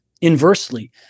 inversely